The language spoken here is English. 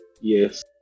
yes